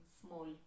small